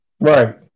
Right